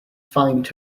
find